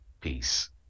Peace